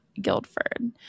guildford